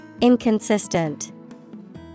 Inconsistent